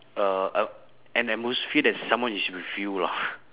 uh a an atmosphere that someone is with you lah